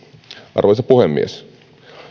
arvoisa puhemies